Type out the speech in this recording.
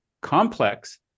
complex